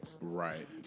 right